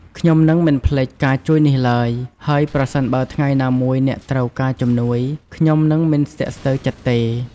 ខ្ញុំនឹងមិនភ្លេចការជួយនេះឡើយ ហើយប្រសិនបើថ្ងៃណាមួយអ្នកត្រូវការជំនួយ ខ្ញុំនឹងមិនស្ទាក់ស្ទើរចិត្តទេ។